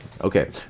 Okay